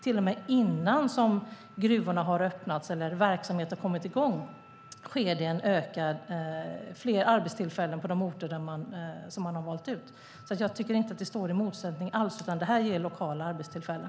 Till och med innan gruvorna har öppnat eller verksamhet kommit i gång sker det en ökning av antalet arbetstillfällen på de orter som man har valt ut. Jag tycker inte alls att det står i motsättning. Det här ger lokala arbetstillfällen.